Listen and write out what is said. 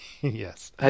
Yes